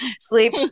Sleep